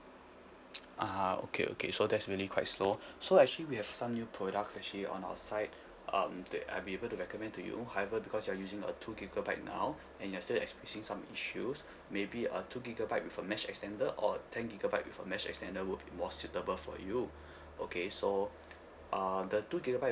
ah okay okay so that's really quite slow so actually we have some new products actually on our side um that I'll be able to recommend to you however because you're using a two gigabyte now and you're still experiencing some issues maybe a two gigabyte with a mesh extender or ten gigabyte with a mesh extender would be more suitable for you okay so uh the two gigabyte